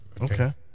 Okay